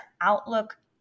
outlook